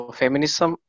feminism